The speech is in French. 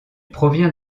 provient